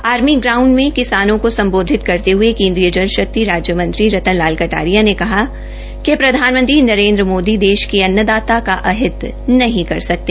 army ground में किसानों को सम्बोधित करते हये केन्द्रीय जल शक्ति राज्य मंत्री रतन लाल कटारिया ने कहा कि प्रधानमंत्री नरेन्द्र मोदी देश के अन्नदाता का अहित नहीं कर सकते